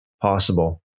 possible